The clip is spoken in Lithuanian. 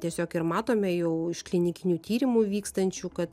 tiesiog ir matome jau iš klinikinių tyrimų vykstančių kad